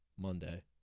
Monday